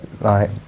like-